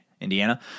Indiana